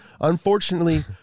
Unfortunately